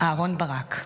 אהרן ברק.